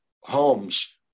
homes